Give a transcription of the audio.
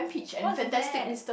what's that